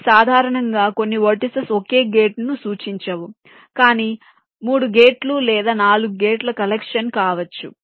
కానీ సాధారణంగా కొన్ని వెర్టిసిస్ ఒకే గేటును సూచించవు కానీ 3 గేట్లు లేదా 4 గేట్ల కలెక్షన్ కావచ్చు